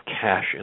cash